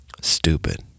stupid